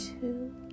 two